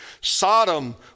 Sodom